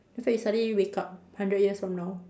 after that you suddenly wake up hundred years from now